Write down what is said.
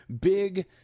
big